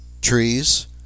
trees